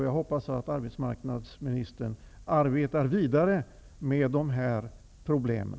Jag hoppas att arbetsmarknadsministern arbetar vidare med de här problemen.